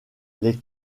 les